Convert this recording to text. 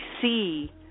see